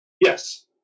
Yes